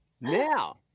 Now